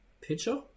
picture